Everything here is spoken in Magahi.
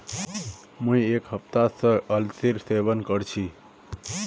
मुई एक हफ्ता स अलसीर सेवन कर छि